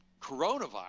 coronavirus